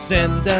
Send